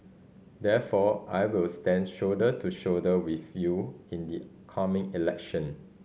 therefore I will stand shoulder to shoulder with you in the coming election